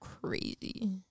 crazy